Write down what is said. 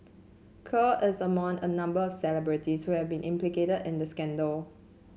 Kerr is among a number of celebrities who have been implicated in the scandal